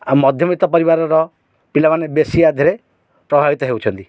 ଆଉ ମଧ୍ୟବିତ୍ତ ପରିବାରର ପିଲାମାନେ ବେଶୀ ଆଧିରେ ପ୍ରଭାବିତ ହେଉଛନ୍ତି